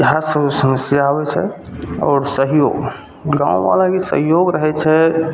इहएसब समस्या आबै छै आओर सहयोग गामवलाके सहयोग रहै छै